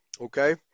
Okay